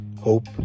hope